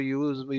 use